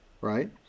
right